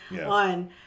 on